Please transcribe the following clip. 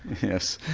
yes,